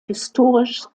historisch